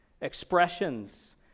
expressions